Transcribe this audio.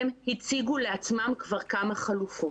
הם הציגו לעצמם כבר כמה חלופות.